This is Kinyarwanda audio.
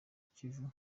kivu